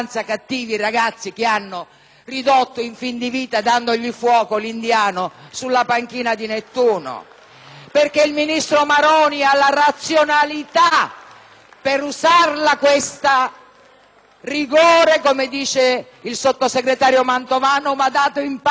Perché il ministro Maroni ha la razionalità per usare questo "rigore", come lo chiama il sottosegretario Mantovano, ma ha dato in pasto quella parola, fomentando lo spirito, l'istinto e la bestialità della persecuzione.